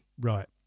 right